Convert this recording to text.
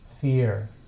fear